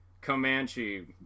Comanche